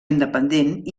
independent